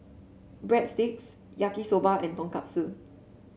Breadsticks Yaki Soba and Tonkatsu